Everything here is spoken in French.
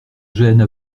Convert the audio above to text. gênes